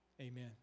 Amen